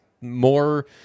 more